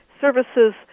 services